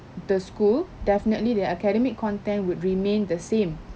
the school definitely their academic content would remain the same